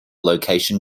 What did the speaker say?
location